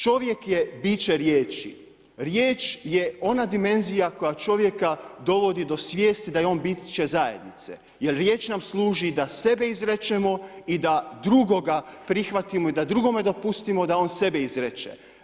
Čovjek je biće riječ, riječ je ona dimenzija koja čovjeka dovoditi do svijesti da je on biće zajednice jer riječ nam služi da sebe izrečemo i da drugog prihvatimo i da drugome dopustimo da on sebe izreče.